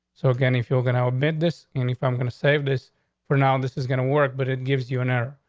so again, if you're gonna orbit this, and if i'm going to save this for now, and this is gonna work. but it gives you an error.